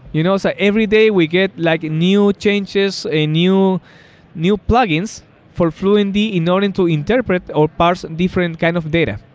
you know so every day we get like new changes and new new plugins for fluentd in order to interpret or parse and different kind of data.